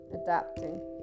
adapting